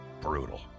brutal